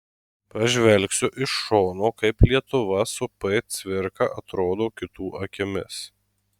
pažvelgsiu iš šono kaip lietuva su p cvirka atrodo kitų akimis